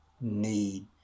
need